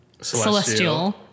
celestial